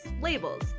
labels